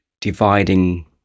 dividing